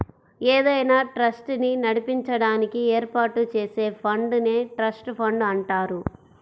ఏదైనా ట్రస్ట్ ని నడిపించడానికి ఏర్పాటు చేసే ఫండ్ నే ట్రస్ట్ ఫండ్ అంటారు